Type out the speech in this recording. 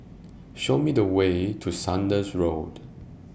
Show Me The Way to Saunders Road